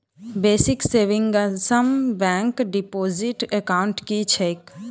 Basic savings bank deposit account की छैक?